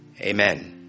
Amen